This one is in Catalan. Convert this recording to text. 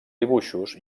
dibuixos